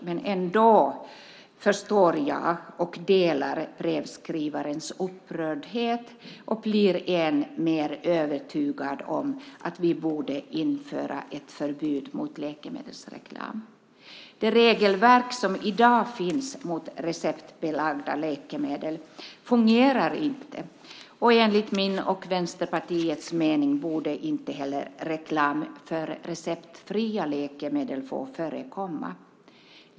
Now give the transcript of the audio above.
Men jag förstår och delar brevskrivarens upprördhet och blir än mer övertygad om att vi borde införa ett förbud mot läkemedelsreklam. Det regelverk som i dag finns mot reklam för receptbelagda läkemedel fungerar inte, och enligt min och Vänsterpartiets mening borde inte heller reklam för receptfria läkemedel få förekomma.